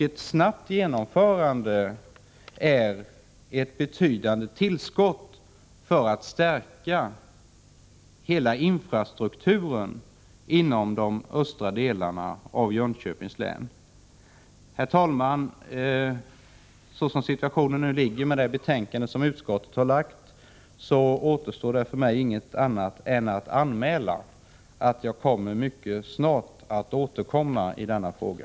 Ett snabbt genomförande innebär ett betydande tillskott för att stärka hela infrastrukturen inom de östra delarna av Jönköpings län. Herr talman! Såsom situationen nu är med hänsyn till det betänkande utskottet lagt fram återstår för mig inget annat än att anmäla att jag mycket snart kommer att återkomma i denna fråga.